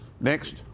Next